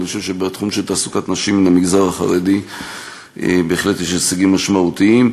אני חושב שבתחום של תעסוקת נשים במגזר החרדי בהחלט יש הישגים משמעותיים.